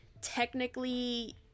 technically